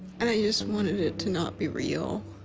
and i yeah just wanted it to not be real.